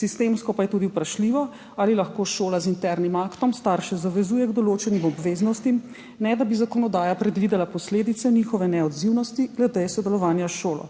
Sistemsko pa je tudi vprašljivo, ali lahko šola z internim aktom starše zavezuje k določenim obveznostim, ne da bi zakonodaja predvidela posledice njihove neodzivnosti glede sodelovanja s šolo.